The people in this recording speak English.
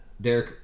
Derek